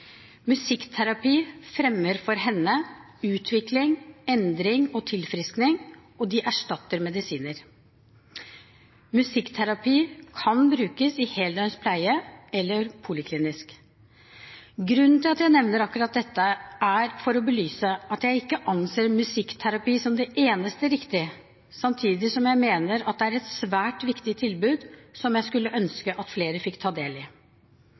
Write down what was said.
Musikkterapi fremmer for henne utvikling, endring og tilfriskning, og det erstatter medisiner. Musikkterapi kan brukes i heldøgns pleie eller poliklinisk. Grunnen til at jeg nevner akkurat dette, er for å belyse at jeg ikke anser musikkterapi som det eneste riktige, samtidig som jeg mener det er et svært viktig tilbud, som jeg skulle ønske at flere fikk ta del i.